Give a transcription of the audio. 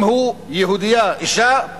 אם היא יהודייה, אשה,